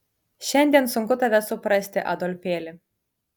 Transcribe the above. šiandien sunku tave suprasti adolfėli